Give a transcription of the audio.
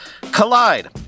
Collide